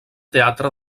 teatre